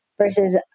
Versus